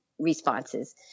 responses